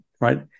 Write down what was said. Right